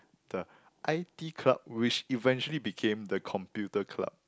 the i_t club which eventually became the computer club